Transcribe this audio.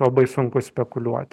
labai sunku spekuliuoti